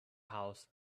house